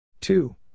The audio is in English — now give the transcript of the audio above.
Two